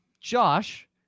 Josh